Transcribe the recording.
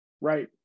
right